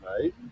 right